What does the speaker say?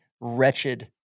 wretched